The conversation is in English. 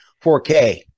4K